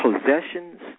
Possessions